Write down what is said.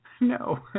No